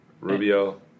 Rubio